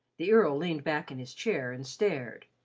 the earl leaned back in his chair and stared.